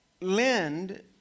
lend